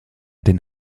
den